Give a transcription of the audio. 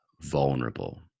vulnerable